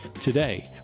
Today